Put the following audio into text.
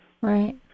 Right